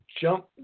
jump